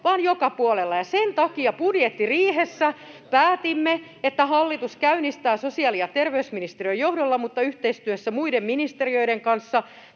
vaan joka puolella, ja sen takia budjettiriihessä päätimme, että hallitus käynnistää sosiaali- ja terveysministeriön johdolla mutta yhteistyössä muiden ministeriöiden kanssa